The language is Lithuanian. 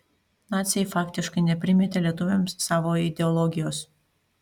naciai faktiškai neprimetė lietuviams savo ideologijos